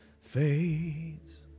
fades